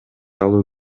алуу